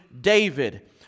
David